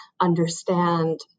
understand